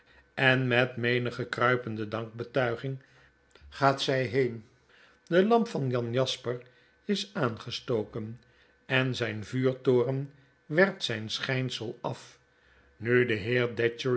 en met menige kruipende dankbetuiging gaat zij heen de lamp van jan jasper is aangestoken en zijn vuurtoren werpt zyn schynsel af nu de